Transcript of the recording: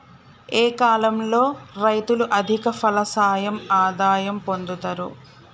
ఏ కాలం లో రైతులు అధిక ఫలసాయం ఆదాయం పొందుతరు?